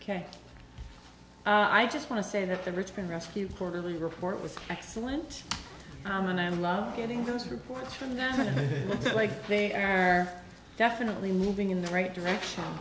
ok i just want to say that the rich can rescue quarterly report was excellent and i'm loved getting those reports from them like they are definitely moving in the right direction